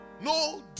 No